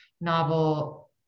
novel